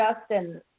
Justin